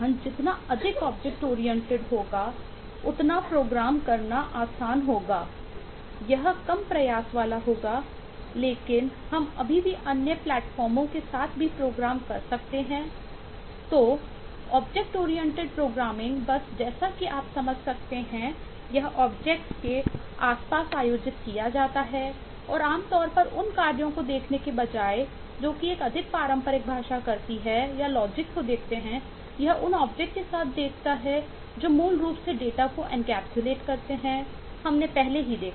तब object oriented programming को encapsulate करते हैं हमने पहले ही देखा है